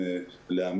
ערבים,